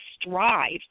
strive